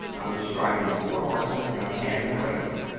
i was driving four horses in a tandem race,